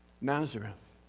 Nazareth